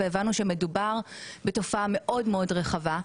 והבנו שמדובר בתופעה מאוד רחבה.